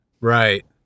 Right